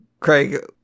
Craig